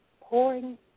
pouring